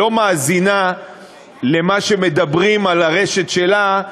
לא מאזינה למה שמדברים ברשת שלה,